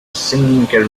singing